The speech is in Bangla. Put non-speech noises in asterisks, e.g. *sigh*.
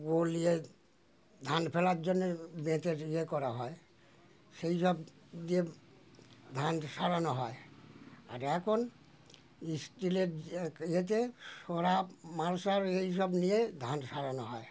*unintelligible* ধান ফেলার জন্যে বেতের ইয়ে করা হয় সেই সব দিয়ে ধান সারানো হয় আর এখন স্টিলের এক এতে সরা মালসার এই সব নিয়ে ধান সারানো হয়